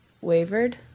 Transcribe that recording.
wavered